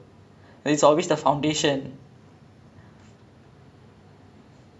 ya like you can make chocolate dosa ya like paper dosa tissue dosa so many different varieties